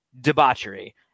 debauchery